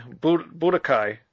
Budokai